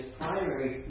primary